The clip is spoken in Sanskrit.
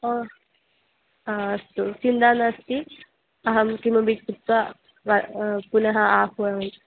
ओ अस्तु चिन्ता नास्ति अहं किमपि कृत्वा पुनः आह्वयामि